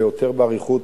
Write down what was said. ויותר באריכות,